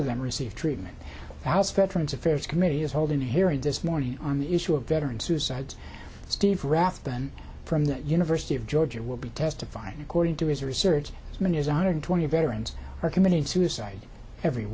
of them receive treatment house veterans affairs committee is holding a hearing this morning on the issue of veterans suicides steve rathbun from the university of georgia will be testifying according to his research as many as one hundred twenty veterans are committing suicide every